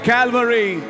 Calvary